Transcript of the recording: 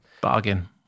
Bargain